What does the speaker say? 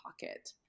Pocket